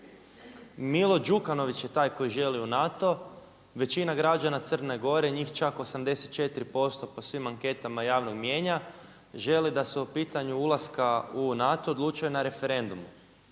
Milo Đukanović je taj koji želi u NATO. Većina građana Crne Gore, njih čak 84% po svim anketama javnog mnijenja želi da se o pitanju ulaska u NATO odlučuje na referendumu,